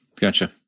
Gotcha